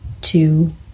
two